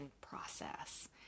process